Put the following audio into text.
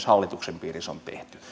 hallituksen piirissä on tehty